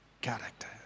character